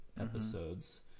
episodes